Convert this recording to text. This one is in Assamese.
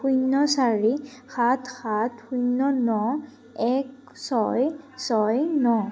শূন্য চাৰি সাত সাত শূন্য ন এক ছয় ছয় ন